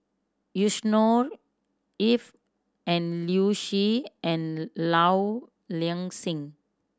Yusnor Ef and Liu Si and Low Ing Sing